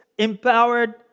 empowered